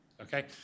okay